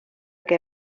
que